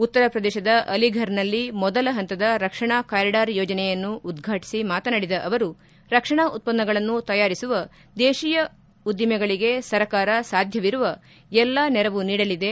ಉತ್ತರ ಪ್ರದೇಶದ ಅಲಿಫರ್ನಲ್ಲಿ ಮೊದಲ ಹಂತದ ರಕ್ಷಣಾ ಕಾರಿಡಾರ್ ಯೋಜನೆಯನ್ನು ಉದ್ವಾಟಿಸಿ ಮಾತನಾಡಿದ ಅವರು ರಕ್ಷಣಾ ಉತ್ಪನ್ನಗಳನ್ನು ತಯಾರಿಸುವ ದೇಶೀಯ ಉದ್ದಿಮೆಗಳಿಗೆ ಸರ್ಕಾರ ಸಾಧ್ಯವಿರುವ ಎಲ್ಲಾ ನೆರವು ನೀಡಲಿದೆ